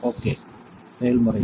okay செயல்முறை